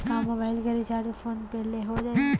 का मोबाइल के recharge PhonePe ले हो जाही?